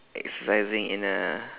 exercising in a